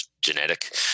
genetic